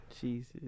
Jesus